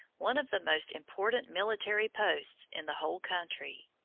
one of the most important military posts in the whole country.